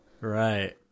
Right